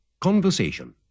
Conversation